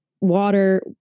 water